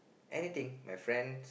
anything my friends